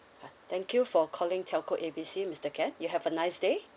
ah thank you for calling telco A B C mister ken you have a nice day